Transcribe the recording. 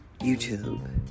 YouTube